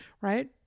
right